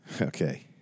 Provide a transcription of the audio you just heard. Okay